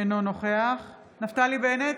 אינו נוכח נפתלי בנט,